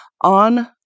On